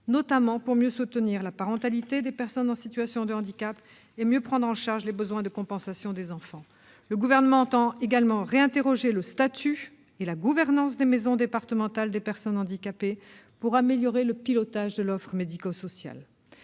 notamment pour mieux soutenir la parentalité des personnes en situation de handicap et mieux prendre en charge les besoins de compensation des enfants. Le Gouvernement entend également reconsidérer le statut et la gouvernance des maisons départementales des personnes handicapées pour améliorer le pilotage de l'offre médico-sociale.